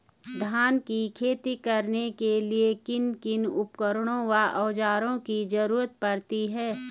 धान की खेती करने के लिए किन किन उपकरणों व औज़ारों की जरूरत पड़ती है?